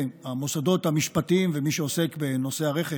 המוסדות המשפטיים ומי שעוסק בנושא הרכש